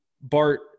Bart